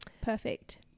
perfect